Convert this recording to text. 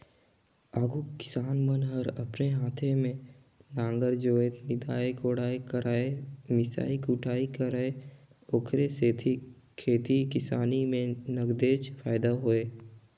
आघु किसान मन हर अपने हाते में नांगर जोतय, निंदई कोड़ई करयए मिसई कुटई करय ओखरे सेती खेती किसानी में नगदेच फायदा होय